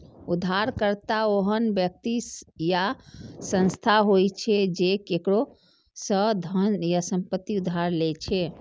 उधारकर्ता ओहन व्यक्ति या संस्था होइ छै, जे केकरो सं धन या संपत्ति उधार लै छै